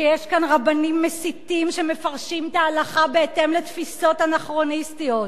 שיש כאן רבנים מסיתים שמפרשים את ההלכה בהתאם לתפיסות אנכרוניסטיות.